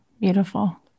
Beautiful